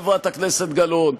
חברת הכנסת גלאון,